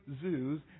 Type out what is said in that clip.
zoos